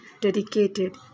dedicated